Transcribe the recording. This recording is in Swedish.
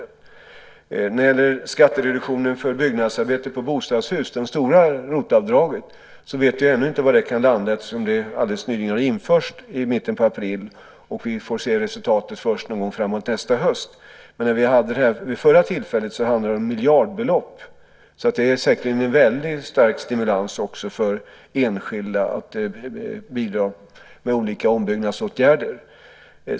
Vi vet ännu inte var skattereduktionen för byggnadsarbete i bostadshus, det stora ROT-avdraget, kan landa eftersom det alldeles nyligen har införts, i mitten på april. Vi får se resultatet först någon gång framåt nästa höst. Men vid förra tillfället som möjligheten till ROT-avdrag fanns handlade det om miljardebelopp. Det är säkerligen en väldigt stark stimulans också för enskilda att bidra med olika ombyggnadsåtgärder.